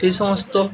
সেই সমস্ত